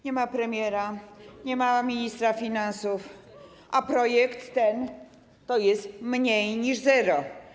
Nie ma premiera, nie ma ministra finansów, a projekt ten to jest mniej niż zero.